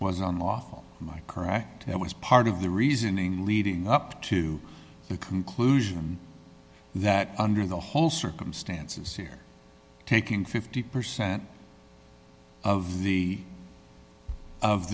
was unlawful and my correct that was part of the reasoning leading up to the conclusion that under the whole circumstances you're taking fifty percent of the of